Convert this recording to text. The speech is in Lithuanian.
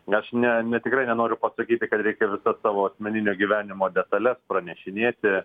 aš ne ne tikrai nenoriu pasakyti kad reikia savo asmeninio gyvenimo detales pranešinėti